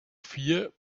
fear